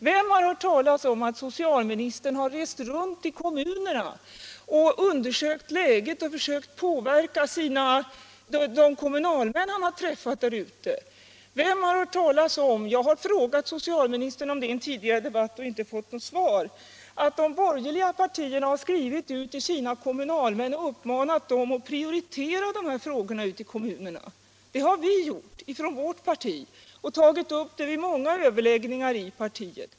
Vem har hört talas om att socialministern har rest runt i kommunerna, undersökt läget och försökt påverka de kommunalmän han har träffat? Vem har hört talas om — jag har frågat socialministern om detta i en tidigare debatt men inte fått något svar — att de borgerliga partierna har skrivit till sina kommunalmän och uppmanat dem att prioritera dessa frågor i kommunerna? Det har vårt parti gjort och tagit upp saken vid många överläggningar inom partiet.